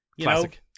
classic